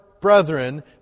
brethren